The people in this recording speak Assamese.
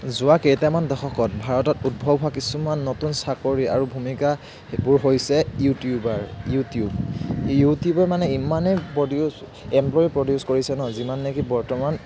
যোৱা কেইটামান দশকত ভাৰতত উদ্ভৱ হোৱা কিছুমান নতুন চাকৰি আৰু ভূমিকা সেইবোৰ হৈছে ইউটিউবাৰ ইউটিউব এই ইউটিউবৰ মানে ইমানেই প্ৰডিউচ এমপ্লয়ী প্ৰডিউচ কৰিছে ন যিমান নেকি বৰ্তমান